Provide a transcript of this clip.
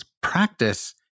practice